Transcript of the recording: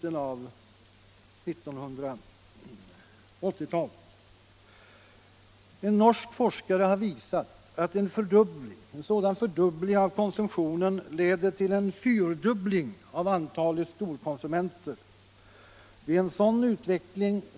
En norsk forskare har visat att en fördubbling av konsumtionen leder till en fyrdubbling av antalet storkonsumenter av alkohol.